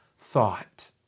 thought